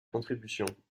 contribution